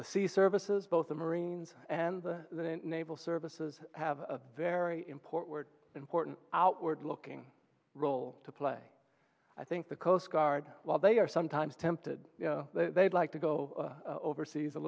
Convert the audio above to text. the sea services both the marines and the naval services have a very important important outward looking role to play i think the coast guard while they are sometimes tempted they'd like to go overseas a